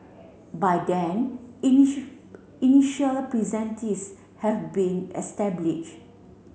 by then initial have been established